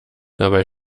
dabei